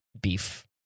beef